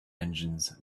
engines